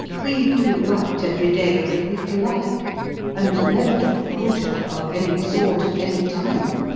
we do right every day of the week alike and never do poojah of any sort at any time.